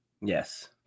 Yes